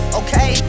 okay